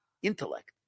intellect